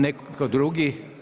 Netko drugi?